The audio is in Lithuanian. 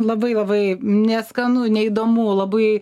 labai labai neskanu neįdomu labai